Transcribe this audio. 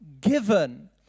given